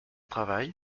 travail